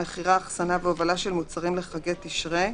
מכירה, אחסנה והובלה של מוצרים לחגי תשרי.